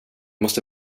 måste